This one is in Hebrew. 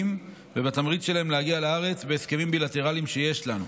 ובתמריץ שלהם להגיע לארץ בהסכמים בילטרליים שיש לנו.